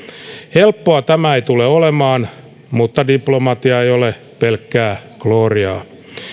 helppoa tämä ei tule olemaan mutta diplomatia ei ole pelkkää glooriaa